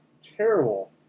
terrible